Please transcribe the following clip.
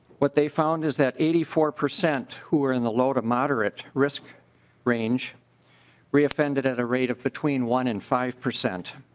with a found is that eighty four percent who are in the low-moderate risk range re offended at a rate of one and five percent